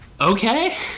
Okay